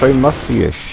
so mafia